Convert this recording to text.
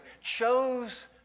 chose